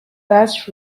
bus